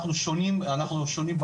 אנחנו שונים בהרבה,